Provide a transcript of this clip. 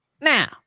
now